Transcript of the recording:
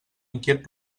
inquiet